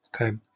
Okay